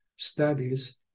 studies